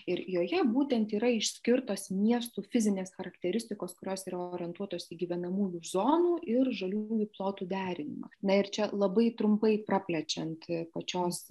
ir joje būtent yra išskirtos miestų fizinės charakteristikos kurios orientuotos į gyvenamųjų zonų ir žaliųjų plotų derinimą na ir čia labai trumpai praplečiant pačios